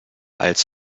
als